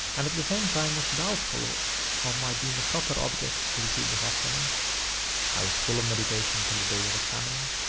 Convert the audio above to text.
and at the same time was doubtful ah of my being a proper object to receive the sacrament i was full of meditation till the day of examining.